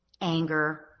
anger